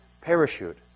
parachute